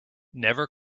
never